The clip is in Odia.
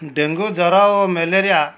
ଡେଙ୍ଗୁ ଜ୍ୱର ଓ ମ୍ୟାଲେରିଆ